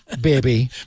baby